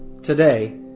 Today